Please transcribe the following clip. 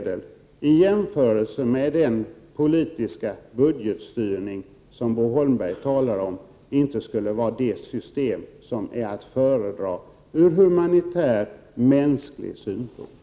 Den politiska budgetstyrning som Bo Holmberg talar om är inte det system som är att föredra ur humanitär, mänsklig synpunkt.